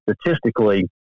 statistically